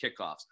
kickoffs